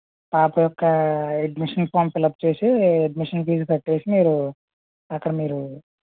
పాప యొక్క admission form fill up చేసి అడ్మిషన్ ఫీజు కట్టేసి మీరు అక్కడ మీరు